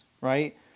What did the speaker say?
right